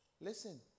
Listen